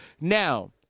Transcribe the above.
Now